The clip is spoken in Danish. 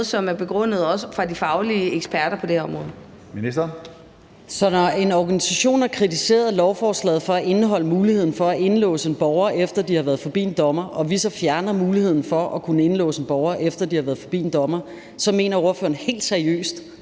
og boligministeren (Pernille Rosenkrantz-Theil): Så når en organisation har kritiseret lovforslaget for at indeholde muligheden for at indelåse en borger, efter de har været forbi en dommer, og vi så fjerner muligheden for at kunne indelåse en borger, efter de har været forbi en dommer, så mener ordføreren helt seriøst